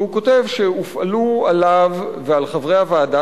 והוא כותב שהופעלו עליו ועל חברי הוועדה